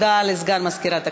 הודעה לסגן מזכירת הכנסת.